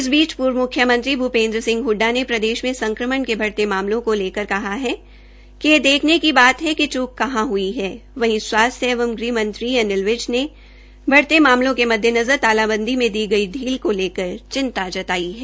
इसी बीच पूर्व मुख्यमंत्री भूपेन्द्र सिंह हडडा ने प्रदेश में संक्रमण के बढ़ते मामलों को लेकर कहा कि ये देखने की बात है कि चूक कहा हुई वहीं स्वास्थ्य एंव गृहमंत्री अनिल विज ने बढ़ते मामलों के मद्देनज़र तालाबंदी में दी गई शील को लेकर चिंता जताई है